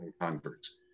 converts